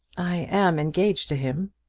i am engaged to him.